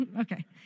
okay